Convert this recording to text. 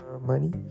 money